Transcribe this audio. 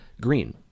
green